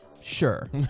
Sure